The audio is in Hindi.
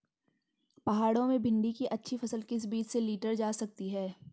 पहाड़ों में भिन्डी की अच्छी फसल किस बीज से लीटर जा सकती है?